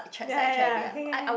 ya ya ya can can can